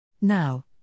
Now